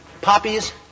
poppies